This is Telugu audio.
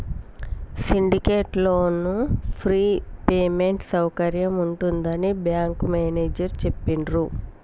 సిండికేట్ లోను ఫ్రీ పేమెంట్ సౌకర్యం ఉంటుందని బ్యాంకు మేనేజేరు చెప్పిండ్రు